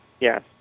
Yes